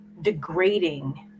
degrading